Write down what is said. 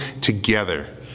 together